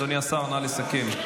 אדוני השר, נא לסכם.